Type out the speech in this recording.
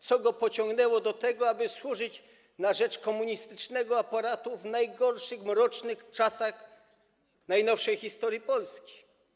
Co go pociągnęło do tego, aby służyć na rzecz komunistycznego aparatu w najgorszych, mrocznych czasach najnowszej historii Polski?